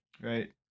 Right